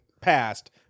passed